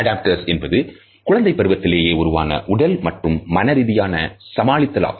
adapters என்பது குழந்தைப் பருவத்திலேயே உருவான உடல் மற்றும் மன ரீதியான சமாளித்தல் ஆகும்